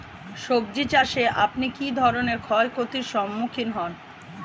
সবজী চাষে আপনি কী ধরনের ক্ষয়ক্ষতির সম্মুক্ষীণ হন?